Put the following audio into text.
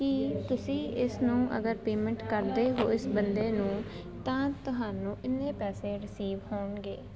ਕਿ ਤੁਸੀਂ ਇਸ ਨੂੰ ਅਗਰ ਪੇਮੈਂਟ ਕਰਦੇ ਹੋ ਇਸ ਬੰਦੇ ਨੂੰ ਤਾਂ ਤੁਹਾਨੂੰ ਇੰਨੇ ਪੈਸੇ ਰਿਸੀਵ ਹੋਣਗੇ